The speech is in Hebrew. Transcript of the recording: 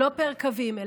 לא פר קווים.